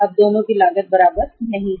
अब दोनों की लागत बराबर नहीं है